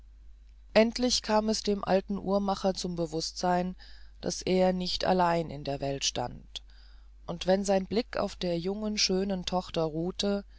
endlich kam es dem alten uhrmacher zum bewußtsein daß er nicht allein in der welt stand und wenn sein blick auf der jungen schönen tochter ruhte